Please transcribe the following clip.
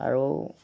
আৰু